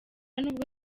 n’ubwo